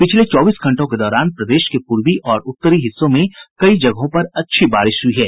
पिछले चौबीस घंटों के दौरान प्रदेश के पूर्वी और उत्तरी हिस्सों में कई जगहों पर अच्छी बारिश हुई है